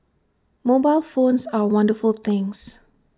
mobile phones are wonderful things